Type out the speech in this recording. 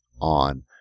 on